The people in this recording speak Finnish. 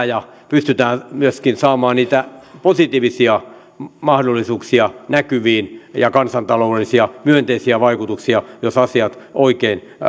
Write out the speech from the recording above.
ja pystytään myöskin saamaan niitä positiivisia mahdollisuuksia näkyviin ja kansantaloudellisia myönteisiä vaikutuksia jos asiat oikein